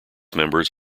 members